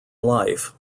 life